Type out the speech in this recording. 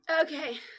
Okay